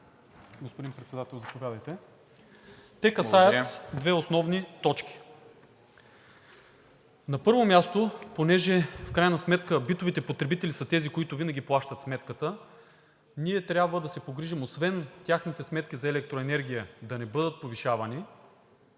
Благодаря. ЖЕЧО СТАНКОВ: Те касаят две основни точки. На първо място, понеже в крайна сметка битовите потребители са тези, които винаги плащат сметката, ние трябва да се погрижим освен техните сметки за електроенергия да не бъдат повишавани,